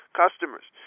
customers